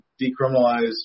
decriminalize